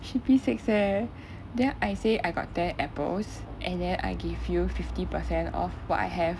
she P six eh then I say I got ten apples and then I give you fifty percent of what I have